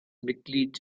mitglied